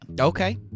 Okay